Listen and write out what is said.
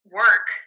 work